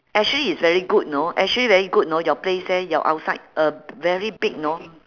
actually is very good know actually very good know your place there your outside uh very big know